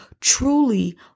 truly